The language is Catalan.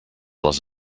les